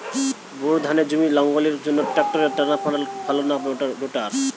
Bore ধানের জমি লাঙ্গলের জন্য ট্রাকটারের টানাফাল ভালো না রোটার?